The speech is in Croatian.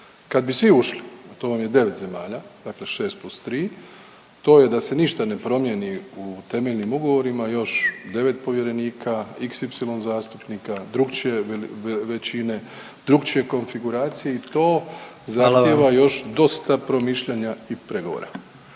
Kad bi svi ušli, a to vam je 9 zemalja, dakle 6 + 3, to je da se ništa ne promijeni u temeljnim ugovorima još 9 povjerenika, xy zastupnika, drukčije većine, drukčije konfiguracije i to zahtjeva…/Upadica predsjednik: Hvala